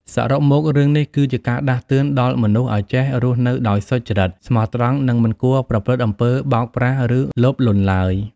សរុបមករឿងនេះគឺជាការដាស់តឿនដល់មនុស្សឲ្យចេះរស់នៅដោយសុចរិត ស្មោះត្រង់ និងមិនគួរប្រព្រឹត្តអំពើបោកប្រាស់ឬលោភលន់ឡើយ។